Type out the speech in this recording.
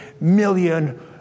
million